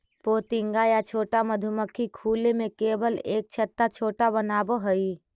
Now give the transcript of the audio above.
पोतिंगा या छोटा मधुमक्खी खुले में केवल एक छत्ता छोटा बनावऽ हइ